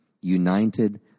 united